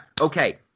Okay